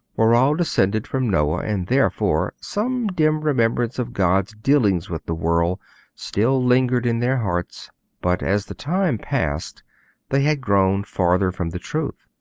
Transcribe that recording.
were all descended from noah, and therefore some dim remembrance of god's dealings with the world still lingered in their hearts but as the time passed they had grown farther from the truth.